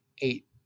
eight